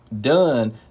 done